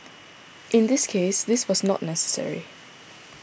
in this case this was not necessary